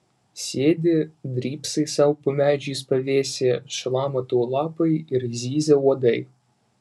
sėdi drybsai sau po medžiais pavėsyje šlama tau lapai ir zyzia uodai